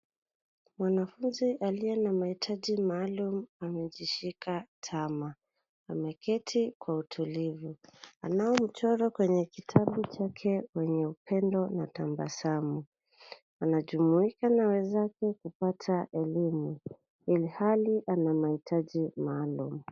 Mwanafunzi aliye na mahitaji maalum amejishika tama. Ameketi kwa utulivu. Anao mchoro kwenye kitabu chake wenye upendo na tabasamu. Anajumuika na wenzake kupata elimu katika ilhali ana mahitaji maalum.